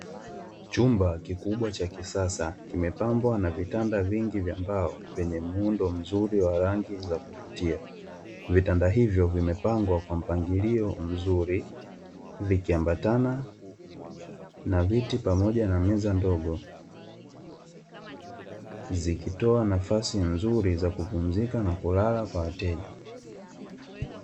Chumba kikubwa cha kisasa kimepambwa na vitanda vingi vya mbao, vyenye muundo mzuri wa rangi za kuvutia. Vitanda hivyo vimepangwa kwa mpangilio mzuri, vikiambatana na viti pamoja na meza ndogo, zikitoa nafasi nzuri za kupumzika na kulala kwa wateja.